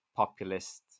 populist